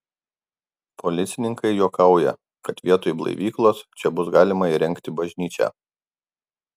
policininkai juokauja kad vietoj blaivyklos čia bus galima įrengti bažnyčią